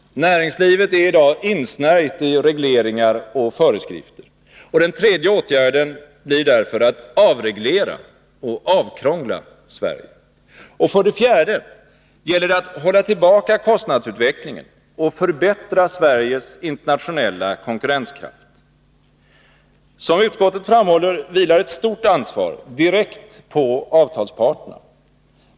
Näringslivet äri dag insnärjt i regleringar och föreskrifter. Den tredje åtgärden blir därför att avreglera och avkrångla Sverige. Och för det fjärde gäller det att hålla tillbaka kostnadsutvecklingen och förbättra Sveriges internationella konkurrenskraft. Som utskottet framhåller vilar ett stort ansvar direkt på avtalsparterna.